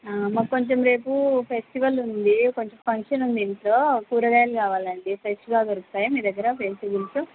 మాకు కొంచెం రేపు ఫెస్టివల్ ఉంది కొంచెం ఫంక్షన్ ఉంది ఇంట్లో కూరగాయలు కావాలండి ఫ్రెష్గా దొరకతాయా మీ దగ్గర వెజిటేబుల్సు